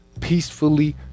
peacefully